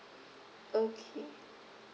okay